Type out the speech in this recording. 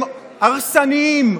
הם הרסניים.